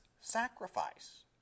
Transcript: sacrifice